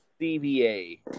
CVA